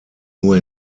nur